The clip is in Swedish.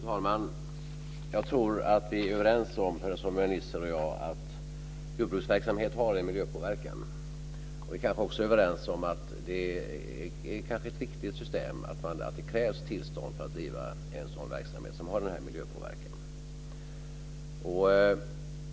Fru talman! Jag tror att Per-Samuel Nisser och jag är överens om att jordbruksverksamhet har en miljöpåverkan. Vi är kanske också överens om att det kanske är ett riktigt system att det krävs tillstånd för att driva en verksamhet som har en sådan miljöpåverkan.